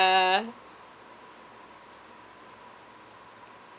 uh